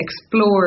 explore